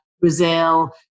Brazil